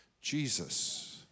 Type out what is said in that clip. Jesus